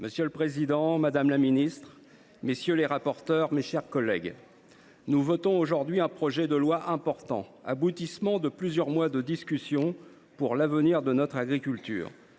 Monsieur le président, madame la ministre, mes chers collègues, nous votons aujourd’hui un projet de loi important, aboutissement de plusieurs mois de discussions pour l’avenir de notre agriculture.